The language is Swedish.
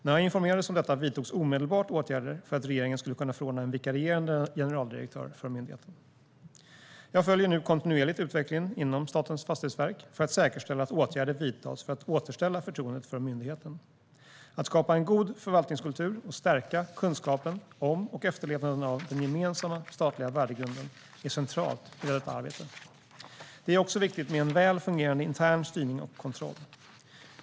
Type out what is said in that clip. När jag informerades om detta vidtogs omedelbart åtgärder för att regeringen skulle kunna förordna en vikarierande generaldirektör för myndigheten. Jag följer nu kontinuerligt utvecklingen inom Statens fastighetsverk för att säkerställa att åtgärder vidtas för att återställa förtroendet för myndigheten. Att skapa en god förvaltningskultur och stärka kunskapen om och efterlevnaden av den gemensamma statliga värdegrunden är centralt i detta arbete. Det är också viktigt med en väl fungerande intern styrning och kontroll.